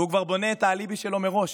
והוא כבר בונה את האליבי שלו מראש.